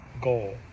goal